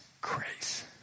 grace